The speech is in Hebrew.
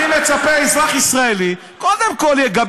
אני מצפה שאזרח ישראלי קודם כול יגבה